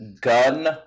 gun